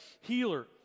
healer